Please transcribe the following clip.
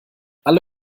alle